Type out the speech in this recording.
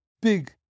Big